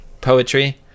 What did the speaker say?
poetry